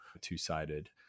two-sided